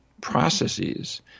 processes